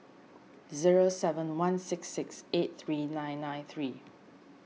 zero seven one six six eight three nine nine three